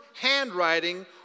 handwriting